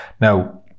Now